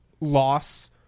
loss